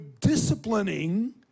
disciplining